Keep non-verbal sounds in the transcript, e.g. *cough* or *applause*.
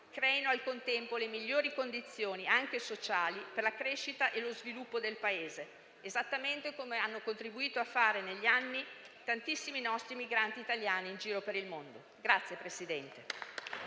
creino al contempo le migliori condizioni, anche sociali, per la crescita e lo sviluppo del Paese, esattamente come hanno contribuito a fare negli anni tantissimi nostri emigranti italiani in giro per il mondo. *applause*